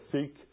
seek